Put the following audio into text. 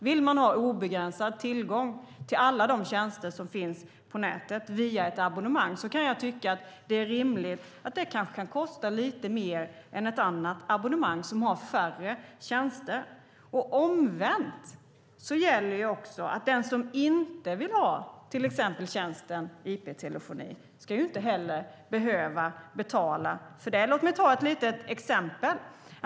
Vill man ha obegränsad tillgång till alla de tjänster som finns på nätet via ett abonnemang kan jag tycka att det är rimligt att det kan kosta lite mer än ett annat abonnemang som har färre tjänster. Omvänt gäller att den som inte vill ha till exempel tjänsten IP-telefoni inte heller ska behöva betala för det. Låt mig ta ett litet exempel!